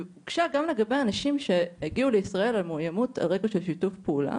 הוגשה גם לגבי אנשים שהגיעו לישראל על מאוימות על רקע של שיתוף פעולה